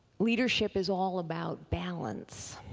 leadership is all about balance.